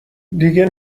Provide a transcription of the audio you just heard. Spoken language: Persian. دیگه